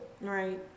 Right